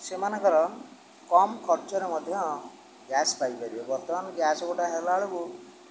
ସେମାନଙ୍କର କମ୍ ଖର୍ଚ୍ଚରେ ମଧ୍ୟ ଗ୍ୟାସ୍ ପାଇପାରିବେ ବର୍ତ୍ତମାନ ଗ୍ୟାସ୍ ଗୋଟେ ହେଲା ବେଳକୁ